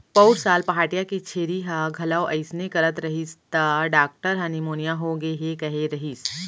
पउर साल पहाटिया के छेरी ह घलौ अइसने करत रहिस त डॉक्टर ह निमोनिया होगे हे कहे रहिस